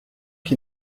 qui